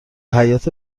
حیاط